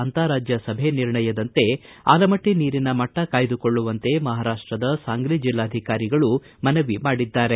ಅಂತಾರಾಜ್ಯ ಸಭೆ ನಿರ್ಣಯದಂತೆ ಆಲಮಟ್ಟ ನೀರಿನ ಮಟ್ಟ ಕಾಯ್ದುಕೊಳ್ಳುವಂತೆ ಮಹಾರಾಷ್ಷದ ಸಾಂಗ್ಲಿ ಜಿಲ್ಲಾಧಿಕಾರಿಗಳು ಮನವಿ ಮಾಡಿದ್ದಾರೆ